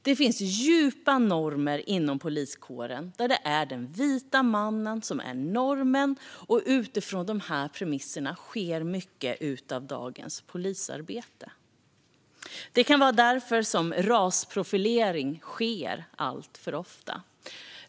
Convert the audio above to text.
Det ligger djupt i poliskåren att det är den vite mannen som är normen, och utifrån de premisserna sker mycket av dagens polisarbete. Det kan vara därför som rasprofilering sker alltför ofta.